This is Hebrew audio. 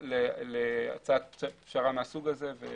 להצעת פשרה מסוג זה.